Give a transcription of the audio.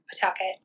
Pawtucket